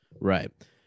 Right